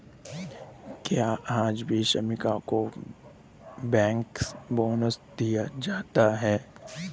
क्या आज भी श्रमिकों को बैंकर्स बोनस दिया जाता है?